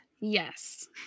Yes